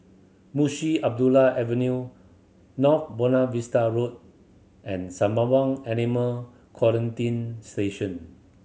Mushi Abdullah Avenue North Buona Vista Road and Samabang Animal Quarantine Station